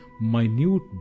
minute